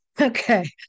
Okay